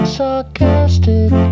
sarcastic